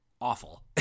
awful